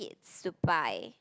to buy